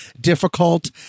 difficult